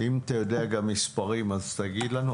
אם אתה יודע גם מספרים אז תגיד לנו.